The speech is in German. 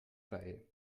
reihe